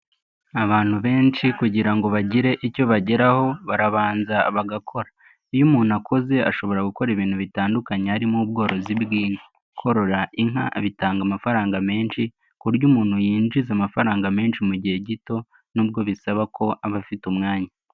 Abantu benshi kugira ngo bagire icyo bageraho barabanza bagakora. Iyo umuntu akoze, ashobora gukora ibintu bitandukanye harimo ubworozi bw'inka. Korora inka bitanga amafaranga menshi ku buryo umuntu yinjiza amafaranga menshi mu gihe gito n'ubwo bisaba ko aba afite umwanya.